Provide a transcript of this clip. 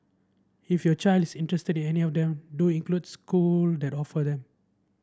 if your child is interested in any of them do includes school that offer them